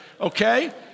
Okay